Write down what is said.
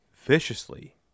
viciously